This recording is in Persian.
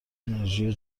انرژی